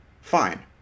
Fine